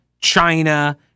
China